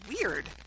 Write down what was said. weird